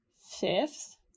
fifth